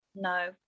No